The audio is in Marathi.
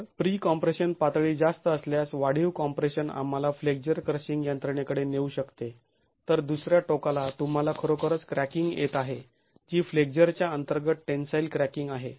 तर प्री कॉम्प्रेशन पातळी जास्त असल्यास वाढीव कॉम्प्रेशन आंम्हाला फ्लेक्झर क्रशिंग यंत्रणेकडे नेऊ शकते तर दुसऱ्या टोकाला तुम्हाला खरोखरच क्रॅकिंग येत आहे जी फ्लेक्झर च्या अंतर्गत टेन्साईल क्रॅकिंग आहे